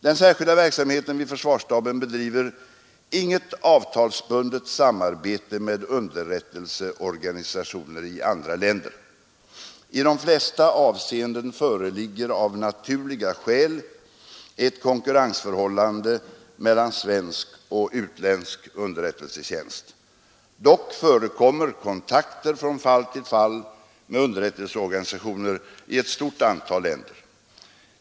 Den särskilda verksamheten vid försvarsstaben bedriver inget avtalsbundet samarbete med underrättelseorganisationer i andra länder. I de flesta avseenden föreligger av naturliga skäl ett konkurrensförhållande mellan svensk och utländsk underrättelsetjänst. Dock förekommer kontakter från fall till fall med underrättelseorganisationer i ett stort antal länder.